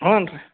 ಹ್ಞೂ ರೀ